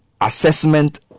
assessment